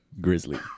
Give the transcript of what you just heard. Grizzly